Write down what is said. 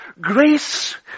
grace